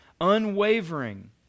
unwavering